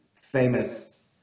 famous